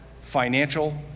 financial